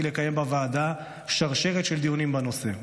לקיים בוועדה שרשרת של דיונים בנושא.